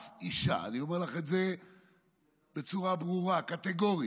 אף אישה, אני אומר לך את זה בצורה ברורה, קטגורית,